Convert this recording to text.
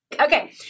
Okay